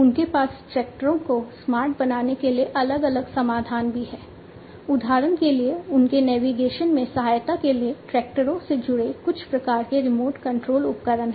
उनके पास ट्रैक्टरों को स्मार्ट बनाने के लिए अलग अलग समाधान भी हैं उदाहरण के लिए उनके नेविगेशन में सहायता के लिए ट्रैक्टरों से जुड़े कुछ प्रकार के रिमोट कंट्रोल उपकरण हैं